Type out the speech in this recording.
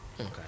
Okay